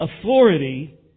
authority